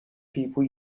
people